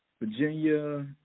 Virginia